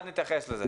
מיד נתייחס לזה.